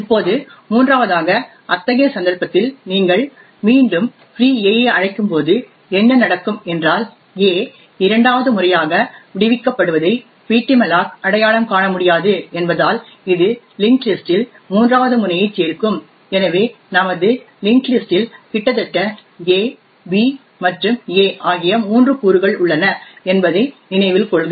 இப்போது மூன்றாவதாக அத்தகைய சந்தர்ப்பத்தில் நீங்கள் மீண்டும் ஃப்ரீ a ஐ அழைக்கும்போது என்ன நடக்கும் என்றால் a இரண்டாவது முறையாக விடுவிக்கப்படுவதை ptmalloc அடையாளம் காண முடியாது என்பதால் இது லிஙஂகஂடஂ லிஸஂடஂ இல் மூன்றாவது முனையைச் சேர்க்கும் எனவே நமது லிஙஂகஂடஂ லிஸஂடஂ இல் கிட்டத்தட்ட a b மற்றும் a ஆகிய மூன்று கூறுகள் உள்ளன என்பதை நினைவில் கொள்க